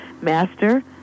master